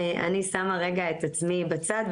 אני שמה רגע את עצמי בצד,